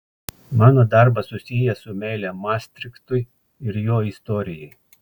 mano darbas susijęs su meile mastrichtui ir jo istorijai